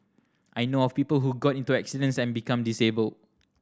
I know of people who got into accidents and become disabled